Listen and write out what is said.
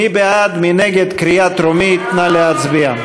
אני ביקשתי בהצעה לסדר,